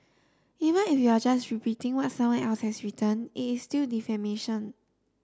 even if you are just repeating what someone else has written it's still defamation